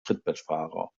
trittbrettfahrer